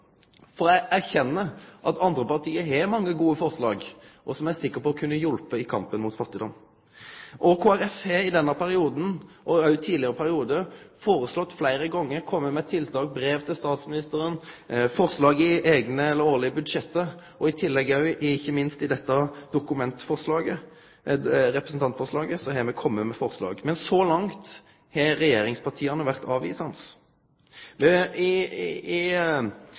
Eg erkjenner at andre parti har mange gode forslag, som eg er sikker på kunne hjelpt i kampen mot fattigdom. Kristeleg Folkeparti har i denne perioden og òg i tidlegare periodar fleire gonger kome med forslag, tiltak, brev til statsministeren, forslag i eigne eller årlege budsjett. Ikkje minst i dette representantforslaget har me kome med forslag. Men så langt har regjeringspartia vore avvisande. Under behandlinga i